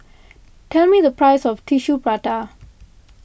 tell me the price of Tissue Prata